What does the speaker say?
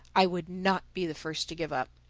i would not be the first to give up.